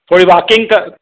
थोरी वॉकिंग त